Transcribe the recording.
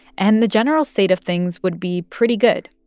and the general state of things would be pretty good.